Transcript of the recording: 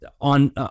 on